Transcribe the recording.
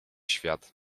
świat